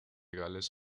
gales